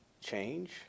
change